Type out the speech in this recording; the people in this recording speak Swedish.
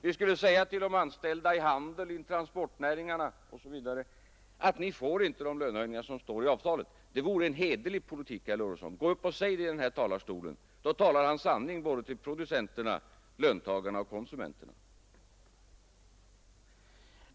Vi skulle säga till de anställda i handeln, i transportnäringarna osv.: Ni får inte de lönehöjningar som står i avtalet! Det vore en hederlig politik, herr Lorentzon, gå upp och säg det i denna talarstol! Då talar Ni sanning till producenterna, löntagarna och konsumenterna.